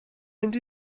mynd